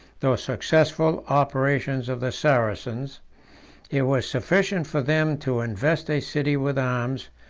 though successful, operations of the saracens it was sufficient for them to invest a city with arms,